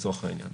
לצורך העניין,